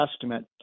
Testament